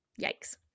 yikes